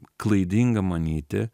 klaidinga manyti